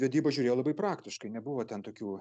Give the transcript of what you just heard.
vedybas žiūrėjo labai praktiškai nebuvo ten tokių